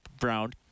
Brown